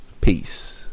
Peace